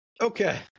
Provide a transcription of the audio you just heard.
Okay